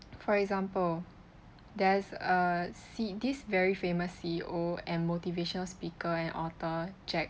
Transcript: for example there's uh C this very famous C_E_O and motivational speaker and author jack